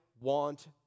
want